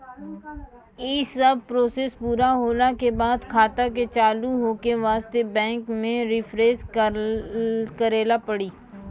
यी सब प्रोसेस पुरा होला के बाद खाता के चालू हो के वास्ते बैंक मे रिफ्रेश करैला पड़ी?